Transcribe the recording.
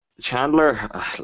Chandler